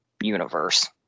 universe